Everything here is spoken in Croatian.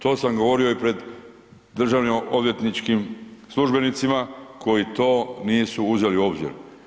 To sam govorio i pred državno odvjetničkim službenicima koji to nisu uzeli u obzir.